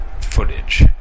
footage